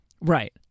Right